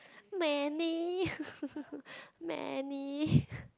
many many